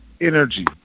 Energy